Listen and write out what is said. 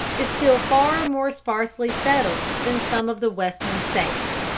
is still far more sparsely settled than some of the western states.